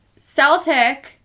Celtic